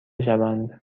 شوند